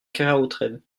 keraotred